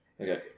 Okay